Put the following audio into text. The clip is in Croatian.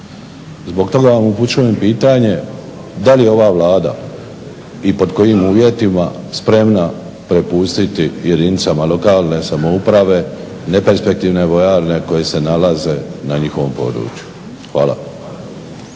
Zbog toga vam upućujem pitanje da li je ova Vlada i pod kojim uvjetima spremna prepustiti jedinicama lokalne samouprave neperspektivne vojarne koje se nalaze na njihovom području. Hvala.